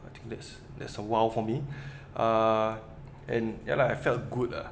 I think that's that's a !wow! for me uh and ya lah I felt good ah